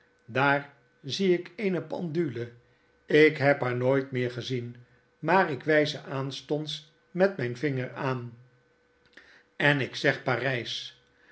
daar zie ik eene pendule ik heb haar nooit meer gezien maar ik wys ze aanstonds met myn vinger aan en ik zeg parys